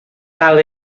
tal